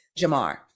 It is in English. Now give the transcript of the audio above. Jamar